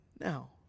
now